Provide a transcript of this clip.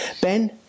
Ben